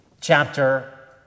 chapter